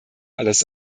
alles